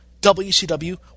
WCW